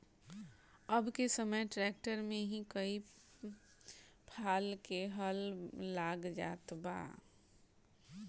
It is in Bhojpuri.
अब के समय ट्रैक्टर में ही कई फाल क हल लाग जात बा